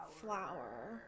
Flower